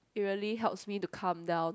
really helps me to calm down